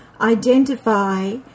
identify